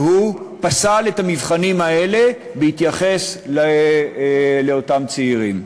והוא פסל את המבחנים האלה בהתייחס לאותם צעירים.